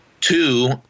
two